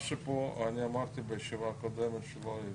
אני אמרתי בישיבה הקודמת, שלא הייתם,